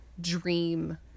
dream